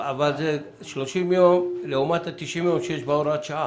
אבל זה 30 יום לעומת ה-90 יום שיש בהוראת השעה.